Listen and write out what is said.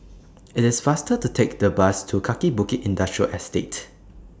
IT IS faster to Take The Bus to Kaki Bukit Industrial Estate